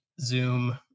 Zoom